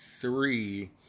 three